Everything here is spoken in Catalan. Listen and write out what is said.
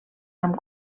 amb